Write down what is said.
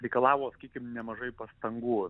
reikalavo sakykim nemažai pastangų